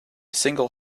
single